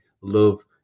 love